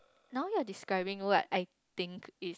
now you're describing what I think is